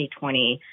2020